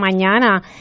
mañana